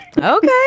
Okay